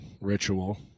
ritual